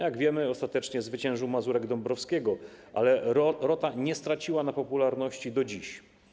Jak wiemy, ostatecznie zwyciężył Mazurek Dąbrowskiego, ale Rota nie straciła na popularności do dziś.